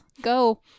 go